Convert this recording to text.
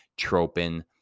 Tropin